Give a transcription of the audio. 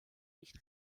nicht